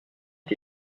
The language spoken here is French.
est